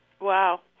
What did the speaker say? Wow